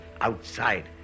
outside